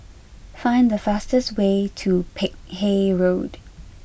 find the fastest way to Peck Hay Road